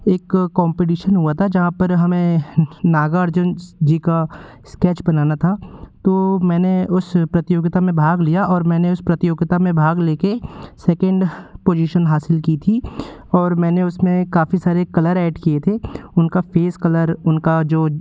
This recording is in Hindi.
एक कॉम्प्टीशन हुआ था जहाँ पर हमें नागार्जुन जी का इस्केच बनाना था तो मैंने उस प्रतियोगिता में भाग लिया और मैंने उस प्रतियोगिता में भाग ले कर सेकेंड पोजीशन हासिल की थी और मैंने उस में काफ़ी सारे कलर ऐड किए थे उनका फ़ेस कलर उनका जो